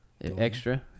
Extra